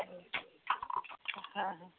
ହଁ ହ